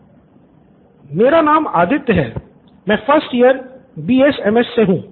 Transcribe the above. student 3 मेरा नाम आदित्य है मैं फर्स्ट ईयर बीएसएमएस से हूँ